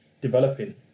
developing